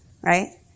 right